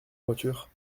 voiture